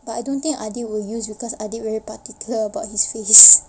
but I don't think adik will use because adik very particular about his face